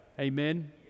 Amen